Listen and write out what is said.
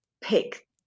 pick